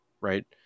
right